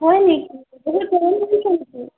হয় নেকি